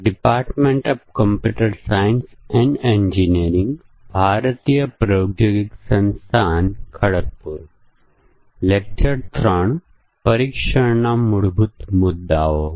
અને આપણે બે મહત્વપૂર્ણ બ્લેક બોક્સ પરીક્ષણ તકનીકો તરફ ધ્યાન આપ્યું જે સમકક્ષ વર્ગ પરીક્ષણ અને વિશેષ મૂલ્ય પરીક્ષણ છે